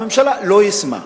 הממשלה לא יישמה,